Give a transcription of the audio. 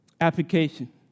Application